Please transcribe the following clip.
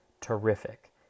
terrific